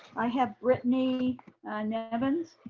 i have brittany nevins.